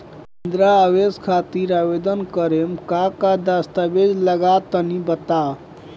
इंद्रा आवास खातिर आवेदन करेम का का दास्तावेज लगा तऽ तनि बता?